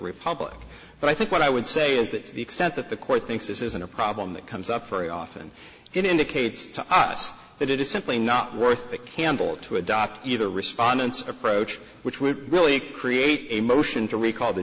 republic but i think what i would say is that to the extent that the court thinks this isn't a problem that comes up for a often it indicates to us that it is simply not worth the candle to adopt either respondent approach which would really create a motion to recall the